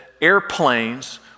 airplanes